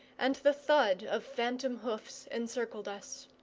and the thud of phantom hoofs encircled us.